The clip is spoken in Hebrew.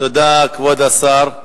תודה, כבוד השר.